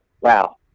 wow